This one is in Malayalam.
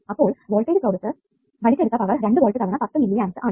അപ്പോൾ വോൾടേജ് സ്രോതസ്സ് വലിച്ചെടുത്ത പവർ 2 വോൾട്ട് തവണ 10 മില്ലിയാമ്പ്സ് ആണ്